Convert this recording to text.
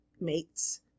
mates